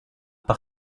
par